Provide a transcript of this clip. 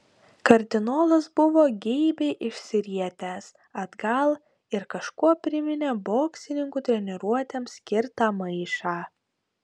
kardinolas buvo geibiai išsirietęs atgal ir kažkuo priminė boksininkų treniruotėms skirtą maišą